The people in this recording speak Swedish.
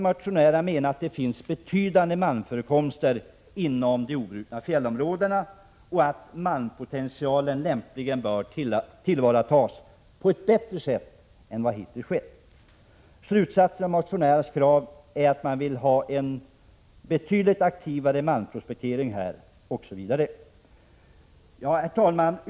Motionärerna menar att det finns betydande malmförekomster inom de obrutna fjällområdena och att malmpotentialen lämpligen bör tillvaratas på ett bättre sätt än vad som hittills har skett. Slutsatsen av motionärernas krav är att en betydligt aktivare malmprospektering bör startas inom nämnda områden. Herr talman!